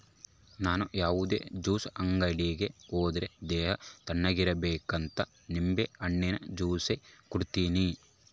ನನ್ ಯಾವುದೇ ಜ್ಯೂಸ್ ಅಂಗಡಿ ಹೋದ್ರೆ ದೇಹ ತಣ್ಣುಗಿರಬೇಕಂತ ನಿಂಬೆಹಣ್ಣಿನ ಜ್ಯೂಸೆ ಕುಡೀತೀನಿ